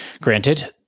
Granted